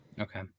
okay